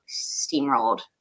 steamrolled